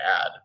add